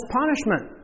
punishment